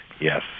Yes